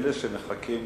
אלה שמחכים